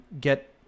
get